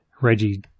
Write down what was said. Reggie